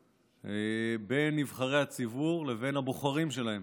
בין נבחרי הציבור לבין הבוחרים שלהם